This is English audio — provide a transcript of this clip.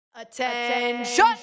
attention